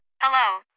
Hello